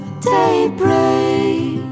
Daybreak